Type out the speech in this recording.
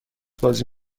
بازی